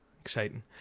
Exciting